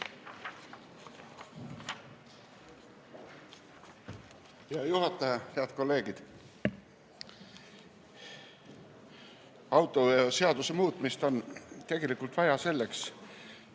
Hea juhataja! Head kolleegid! Autoveoseaduse muutmist on tegelikult vaja selleks,